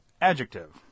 Adjective